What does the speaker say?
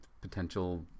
potential